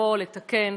לבוא לתקן,